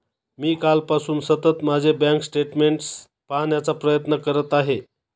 मी कालपासून सतत माझे बँक स्टेटमेंट्स पाहण्याचा प्रयत्न करत आहे